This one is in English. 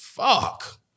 Fuck